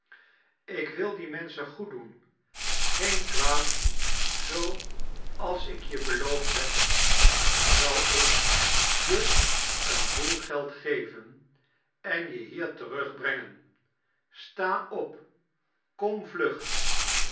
ik wil dien menschen goed doen geen kwaad zooals ik je beloofd heb zal ik je een boel geld geven en je hier tarugbretngen sta op kom vlug